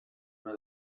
una